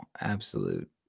Absolute